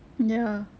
ya